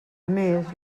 més